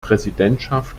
präsidentschaft